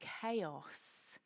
chaos